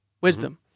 wisdom